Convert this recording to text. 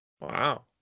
Wow